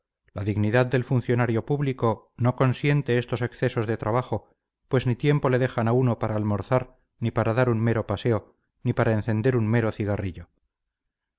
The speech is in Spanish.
la dignidad del funcionario público no consiente estos excesos de trabajo pues ni tiempo le dejan a uno para almorzar ni para dar un mero paseo ni para encender un mero cigarrillo